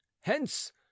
hence